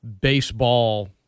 baseball